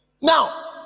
Now